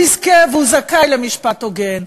הוא יזכה והוא זכאי למשפט הוגן,